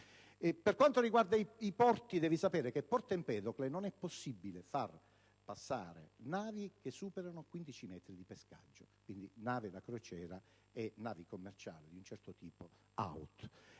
Per quanto riguarda i porti si deve sapere che a Porto Empedocle non è possibile far passare navi che superino i 15 metri di pescaggio: quindi navi da crociera e commerciali di un certo tipo sono